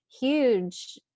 huge